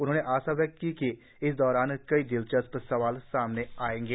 उन्होंने आशा व्यक्त की कि इस दौरान कई दिलचस्प सवाल सामने आयेंगे